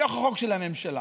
בתוך החוק של הממשלה.